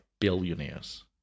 billionaires